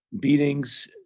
beatings